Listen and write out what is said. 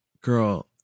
girl